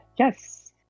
Yes